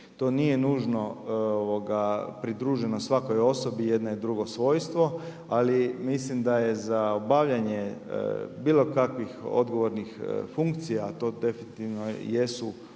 To nije nužno pridiženo svakoj osobi, jedno je drugo svojstvo, ali mislim da je za obavljanje, bilo kakvih odgovornih funkcija to definitivno jesu